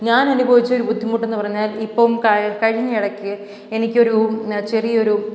ഞാൻ അനുഭവിച്ച ബുദ്ധിമുട്ടെന്ന് പറഞ്ഞാൽ ഇപ്പം കഴിഞ്ഞ ഇടയ്ക്ക് എനിക്ക് ഒരു ചെറിയ ഒരു